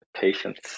patience